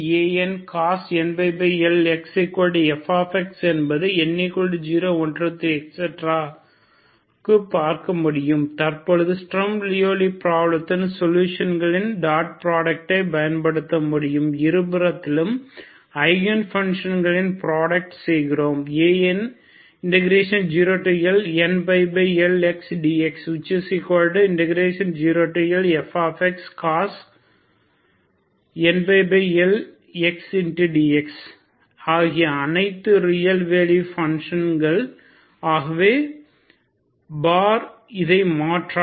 cos nπLx fஎன்பது n0123பார்க்க முடியும் தற்பொழுது ஸ்ட்ரம் லியவ்லி ப்ராப்ளத்தின் சொல்யூஷன்களின் டாட் ப்ராடக்டை பயன்படுத்த முடியும் இருபுறத்திலும் ஐகன் பன்ஷன்களின் ப்ராடக்ட் செய்கிறோம் An0LnπLx dx0Lfcos nπLx dx ஆகிய அனைத்தும் ரியல் வேல்யூட் பன்ஷன்கள் ஆகவே பார் இதை மாற்றாது